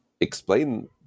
explain